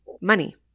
money